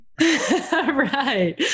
Right